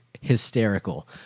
hysterical